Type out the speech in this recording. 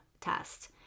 test